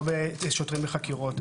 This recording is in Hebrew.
לא שוטרים בחקירות.